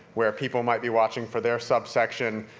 where people might be watching for their subsection,